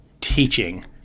teaching